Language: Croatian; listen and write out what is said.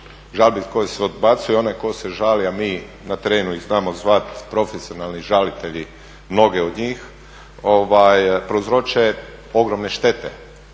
žalbi koje se odbacuju, onaj tko se žali a mi na terenu ih znamo zvati profesionalni žalitelji, mnoge od njih prouzroče ogromne štete.